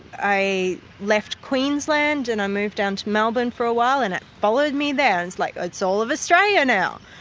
i left queensland and i moved down to melbourne for while and that followed me there. it's like it's all of australia now,